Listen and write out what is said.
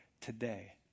today